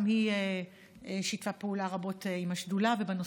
גם היא שיתפה פעולה רבות עם השדולה ועם הנושאים,